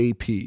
AP